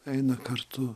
eina kartu